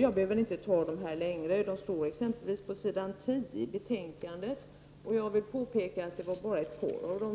Man läsa mera om detta på s. 10 i betänkandet. Det var alltså ett par saker